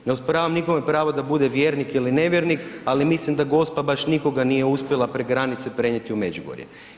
Ne osporavam nikome pravo da bude vjernik ili nevjernik, ali mislim da Gospa baš nikoga nije uspjela prek granice prenijeti u Međugorje.